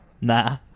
Nah